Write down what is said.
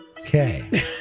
Okay